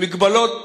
במגבלות מובנות,